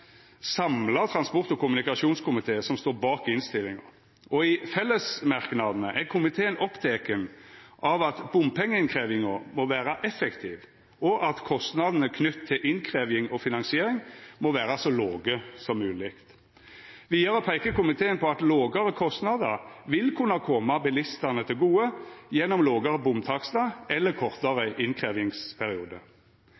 samla transport- og kommunikasjonskomité som står bak innstillinga, og i fellesmerknadene er komiteen oppteken av at bompengeinnkrevjinga må vera effektiv, og at kostnadene knytte til innkrevjing og finansiering må vera så låge som mogleg. Vidare peiker komiteen på at lågare kostnader vil kunne koma bilistane til gode gjennom lågare bomtakstar eller kortare